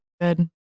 Good